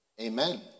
Amen